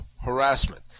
harassment